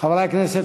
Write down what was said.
חברי הכנסת,